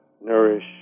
nourish